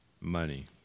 Money